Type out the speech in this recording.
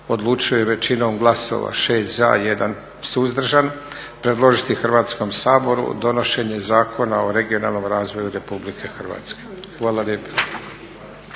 odlučio je većinom glasova, 6 za i 1 suzdržan, predložiti Hrvatskom saboru donošenje Zakona o regionalnom razvoju Republike Hrvatske. Hvala